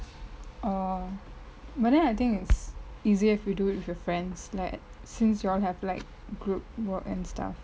orh but then I think it's easier if you do it with your friends like since you all have like group work and stuff